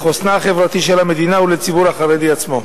לחוסנה החברתי של המדינה ולציבור החרדי עצמו.